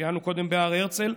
ציינו קודם בהר הרצל,